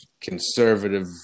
conservative